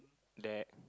that